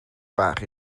bach